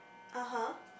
(uh huh)